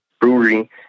brewery